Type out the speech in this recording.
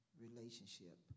relationship